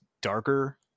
darker